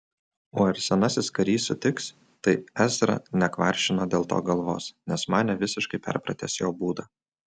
o ar senasis karys sutiks tai ezra nekvaršino dėl to galvos nes manė visiškai perpratęs jo būdą